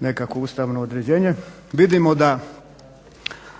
nekakvo ustavno određenje